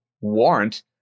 warrant